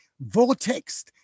vortex